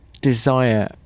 desire